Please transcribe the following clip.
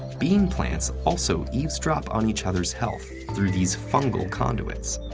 bean plants also eavesdrop on each other's health through these fungal conduits.